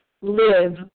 live